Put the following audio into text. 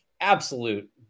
absolute